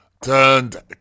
turned